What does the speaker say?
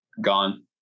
gone